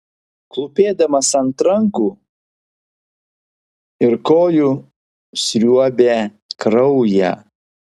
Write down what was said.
klūpėdamas ant rankų ir kojų sriuobė kraują